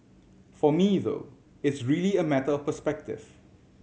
for me though it's really a matter of perspective